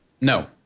No